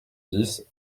dix